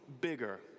bigger